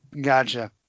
gotcha